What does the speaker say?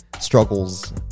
struggles